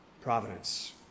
providence